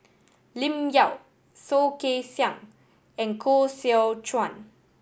Lim Yau Soh Kay Siang and Koh Seow Chuan